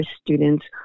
students